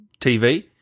TV